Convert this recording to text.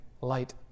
light